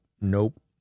nope